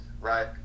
right